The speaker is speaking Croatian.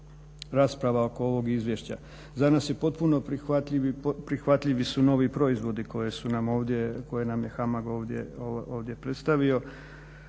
rasprava oko ovog izvješća. Za nas su potpuno prihvatljivi novi proizvodi koje nam je HAMAG ovdje predstavio